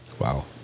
Wow